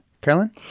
Carolyn